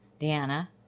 Deanna